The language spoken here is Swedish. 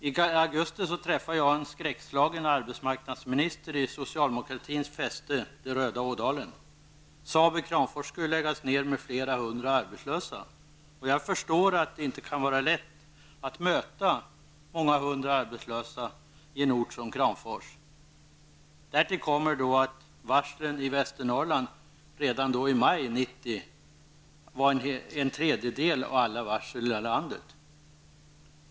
I augusti träffade jag en skräckslagen arbetsmarknadsminister i Kramfors skulle läggas ned, med flera hundra arbetslösa som resultat. Jag förstår att det inte kan vara lätt att möta många hundra arbetslösa i en ort som Kramfors. Därtill kommer att varslen i Västernorrland redan i maj 1990 utgjorde en tredjedel av alla varsel i landet.